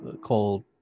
called